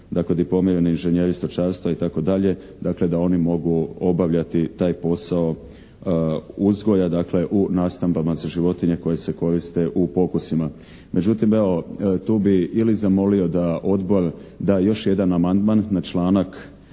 diplomirani inžinjeri stočarstva itd. dakle da oni mogu obavljati taj posao uzgoja, dakle u nastambama za životinje koje se koriste u pokusima. Međutim, evo, tu bih ili zamolio da odbor da još jedan amandman na članak